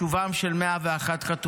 בשובם של 101 חטופים.